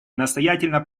настоятельно